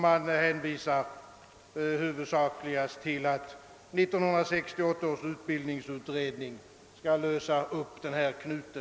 Man hänvisar där huvudsakligen till att 1968 års utbildningsutredning på något sätt skall lösa upp denna knut.